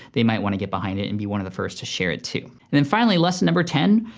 they might wanna get behind it and be one of the first to share it, too. and then finally, lesson number ten.